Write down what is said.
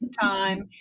time